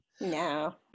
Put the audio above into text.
No